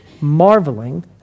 marveling